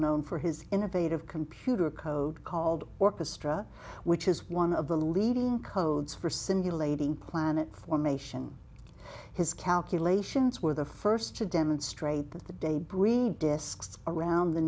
known for his innovative computer code called orchestra which is one of the leading codes for simulating planet formation his calculations were the first to demonstrate that the day bring the disks around the